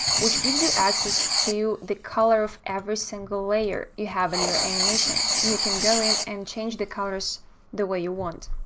which gives you access to the color of every single layer you have in your animation. and you can go in and change the colors the way you want.